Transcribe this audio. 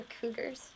Cougars